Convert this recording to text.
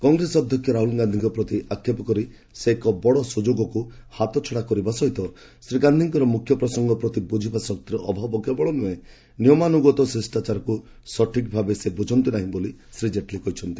କଂଗ୍ରେସ ଅଧ୍ୟକ୍ଷ ରାହୁଲ ଗାନ୍ଧିଙ୍କ ପ୍ରତି ଆକ୍ଷେପ କରି ସେ ଏକ ବଡ଼ ସୁଯୋଗକୁ ହାତଛଡ଼ା କରିବା ସହ ଶ୍ରୀ ଗାନ୍ଧିଙ୍କର ମୁଖ୍ୟ ପ୍ରସଙ୍ଗ ପ୍ରତି ବୁଝିବା ଶକ୍ତିର ଅଭାବ କେବଳ ନୁହେଁ ନିୟମାନୁଗତ ଶିଷ୍ଟାଚାରକୁ ସଠିକ୍ ଭାବେ ସେ ବୁଝନ୍ତି ନାହିଁ ବୋଲି ଶ୍ରୀ ଜେଟ୍ଲୀ କହିଚ୍ଚନ୍ତି